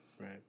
Right